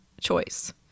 choice